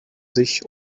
sich